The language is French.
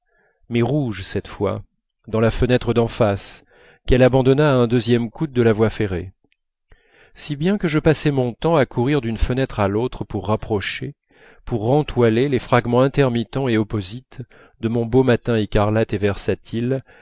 mais rouge cette fois dans la fenêtre d'en face qu'elle abandonna à un deuxième coude de la voie ferrée si bien que je passais mon temps à courir d'une fenêtre à l'autre pour rapprocher pour rentoiler les fragments intermittents et opposites de mon beau matin écarlate et versatile